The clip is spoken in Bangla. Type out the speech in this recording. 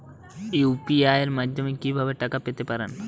ইউ.পি.আই মাধ্যমে কি ভাবে টাকা পেতে পারেন?